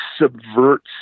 subverts